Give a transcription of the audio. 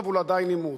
אבל הוא עדיין עימות.